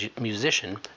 musician